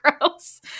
gross